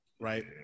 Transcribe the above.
Right